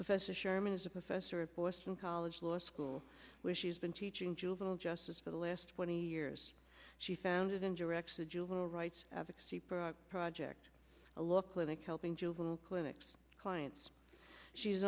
professor sherman is a professor at boston college law school where she's been teaching juvenile justice for the last twenty years she founded in directs the juvenile rights advocacy pro project a look clinic helping juvenile clinics clients she